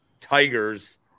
Tigers